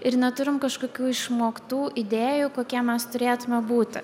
ir neturim kažkokių išmoktų idėjų kokie mes turėtume būti